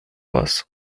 was